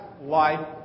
life